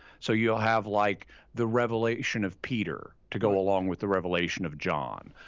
so, you ah have like the revelation of peter to go along with the revelation of john.